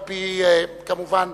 כמובן,